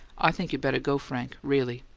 i think you'd better go, frank. really.